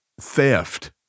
theft